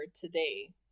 today